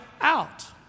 out